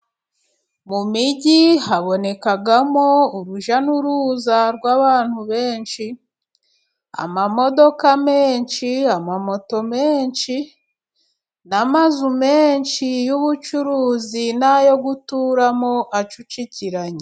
Mu migi habonekamo urujya n'uruza rw'abantu benshi, amamodoka menshi, moto nyinshi, n'amazu menshi y'ubucuruzi n'ayo guturamo acucikiranye.